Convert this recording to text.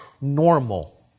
normal